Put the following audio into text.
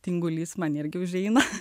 tingulys man irgi užeina